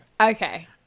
Okay